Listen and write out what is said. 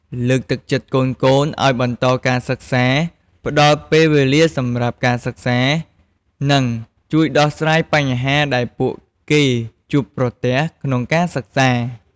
លើកទឹកចិត្តកូនៗឱ្យបន្តការសិក្សា ផ្តល់ពេលវេលាសម្រាប់ការសិក្សា និងជួយដោះស្រាយបញ្ហាដែលពួកគេជួបប្រទះក្នុងការសិក្សា។